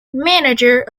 manager